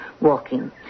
walking